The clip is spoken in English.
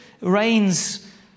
rains